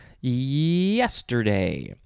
yesterday